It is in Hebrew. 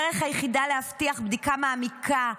זו הדרך היחידה להבטיח בדיקה מעמיקה,